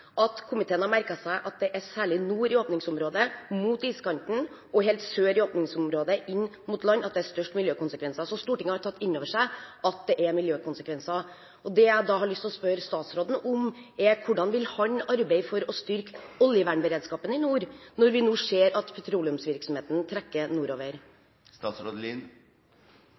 har merket seg at det er særlig nord i åpningsområdet, mot iskanten og helt sør i åpningsområdet inn mot land, at det er størst miljøkonsekvenser.» Så Stortinget har tatt inn over seg at det er miljøkonsekvenser. Det jeg da har lyst til å spørre statsråden om, er: Hvordan vil han arbeide for å styrke oljevernberedskapen i nord når vi nå ser at petroleumsvirksomheten trekker